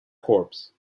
corps